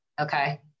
Okay